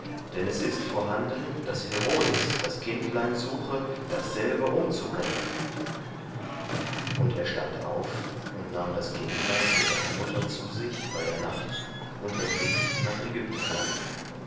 denn es ist vorhanden daß herodes das kindlein suche dasselbe umzubringen und er stand auf und nahm das kindlein und seine mutter zu sich bei der nacht und entwich nach ägyptenland